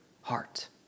heart